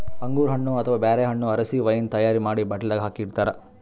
ಅಂಗೂರ್ ಹಣ್ಣ್ ಅಥವಾ ಬ್ಯಾರೆ ಹಣ್ಣ್ ಆರಸಿ ವೈನ್ ತೈಯಾರ್ ಮಾಡಿ ಬಾಟ್ಲಿದಾಗ್ ಹಾಕಿ ಇಡ್ತಾರ